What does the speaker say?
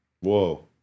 Whoa